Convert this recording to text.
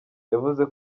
yavuze